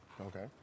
Okay